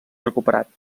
recuperat